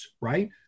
right